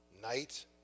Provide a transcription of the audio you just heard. Night